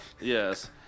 Yes